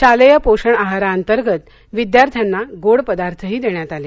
शालेय पोषण आहारांतर्गत विद्यार्थ्यांना गोड पदार्थही देण्यात आले